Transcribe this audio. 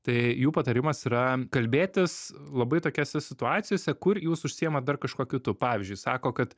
tai jų patarimas yra kalbėtis labai tokiose situacijose kur jūs užsiimat dar kažkuo kitu pavyzdžiui sako kad